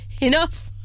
Enough